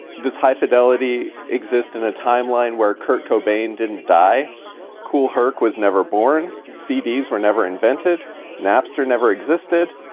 this high fidelity exist in a timeline where kurt cobain didn't die kool herc was never born. seeds were never invented napster never existed.